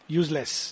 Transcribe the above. useless